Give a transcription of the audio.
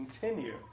continue